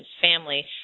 family